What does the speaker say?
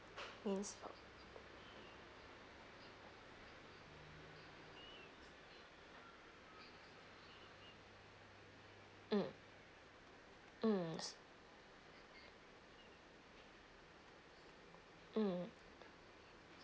means mm mm mm